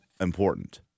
important